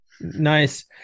Nice